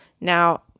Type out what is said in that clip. Now